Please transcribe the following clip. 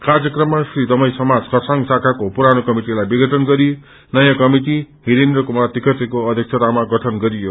कार्यक्रममा श्री दमाई समाज खरसाङ शाखाको पूराने कमिटिलाई विघटन गरि नयाँ कमिटि हिरेन्द्र कुमार त्रिखत्रीको अध्यक्षतामा गठन गरियो